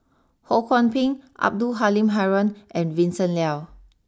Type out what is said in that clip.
Ho Kwon Ping Abdul Halim Haron and Vincent Leow